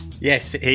yes